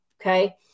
Okay